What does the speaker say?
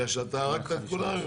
הוא לא מודע למה היה ברביזיה.